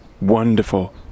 wonderful